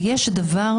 יש דבר